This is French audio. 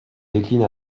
décline